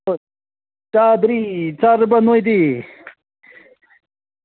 ꯆꯥꯗ꯭ꯔꯤ ꯆꯥꯔꯕꯥ ꯅꯣꯏꯗꯤ